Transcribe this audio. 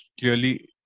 clearly